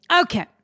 Okay